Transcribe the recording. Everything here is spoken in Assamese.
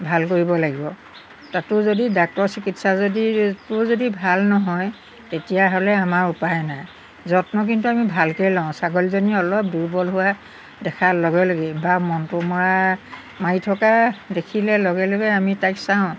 ভাল কৰিব লাগিব তাতো যদি ডাক্টৰ চিকিৎসা যদিতো যদি ভাল নহয় তেতিয়াহ'লে আমাৰ উপায় নাই যত্ন কিন্তু আমি ভালকৈয়ে লওঁ ছাগলীজনী অলপ দুৰ্বল হোৱা দেখাৰ লগে লগেই বা মনটো মৰা মাৰি থকা দেখিলে লগে লগেই আমি তাইক চাওঁ